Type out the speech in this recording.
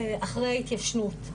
אחרי התיישנות,